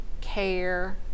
care